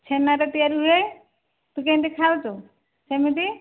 ଛେନାରେ ତିଆରି ହୁଏ ତୁ କେମିତି ଖାଉଛୁ ସେମିତି